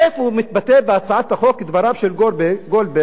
איפה מתבטאים בהצעת החוק דבריו של גולדברג,